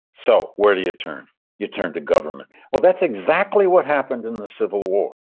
so where do you turn your turn to government? well, that's exactly what happened in the civil war.